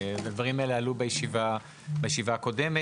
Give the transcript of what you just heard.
הדברים האלה עלו בישיבה הקודמת.